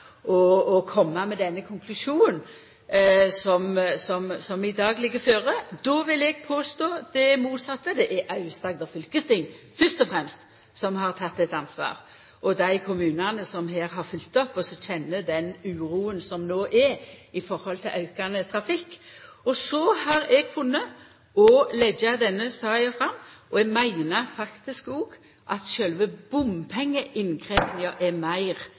å koma med den konklusjonen som i dag ligg føre. Då vil eg påstå det motsette: Det er fyrst og fremst Aust-Agder fylkesting som har teke eit ansvar, og dei kommunane som her har følgt opp, og som kjenner den uroa som no er for aukande trafikk. Og så har eg funne å leggja denne saka fram. Eg meiner faktisk òg at sjølve bompengeinnkrevjinga er meir